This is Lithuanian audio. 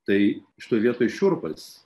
tai šitoj vietoj šiurpas